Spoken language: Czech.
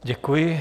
Děkuji.